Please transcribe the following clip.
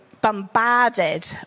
bombarded